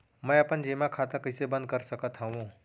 मै अपन जेमा खाता कइसे बन्द कर सकत हओं?